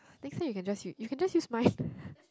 next time you can just use you can just use mine